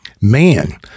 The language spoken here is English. Man